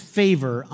favor